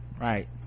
right